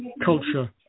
culture